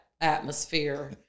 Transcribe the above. atmosphere